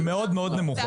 הן מאוד מאוד נמוכות.